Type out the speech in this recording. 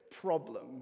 problem